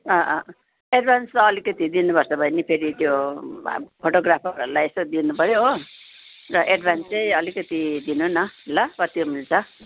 अँ अँ अँ एडभान्स त अलिकति दिनु पर्छ बहिनी फेरि त्यो फोटोग्राफरहरूलाई यसो दिनुपऱ्यो हो र एडभान्स चाहिँ अलिकति दिनु न ल कति मिल्छ